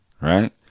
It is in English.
Right